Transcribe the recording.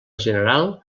general